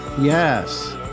yes